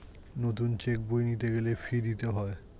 নতুন চেক বই নিতে গেলে ফি দিতে হয়